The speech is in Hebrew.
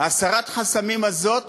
הסרת החסמים הזאת